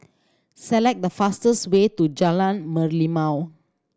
select the fastest way to Jalan Merlimau